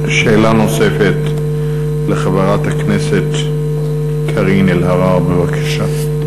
שאלה נוספת לחברת הכנסת קארין אלהרר, בבקשה.